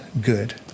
good